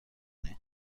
کنی